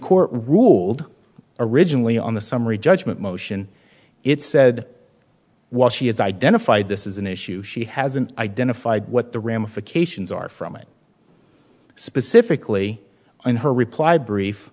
court ruled originally on the summary judgment motion it said while she is identified this is an issue she hasn't identified what the ramifications are from it specifically in her reply brief